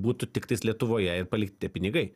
būtų tiktais lietuvoje ir palikti tie pinigai